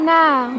now